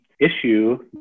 issue